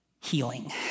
healing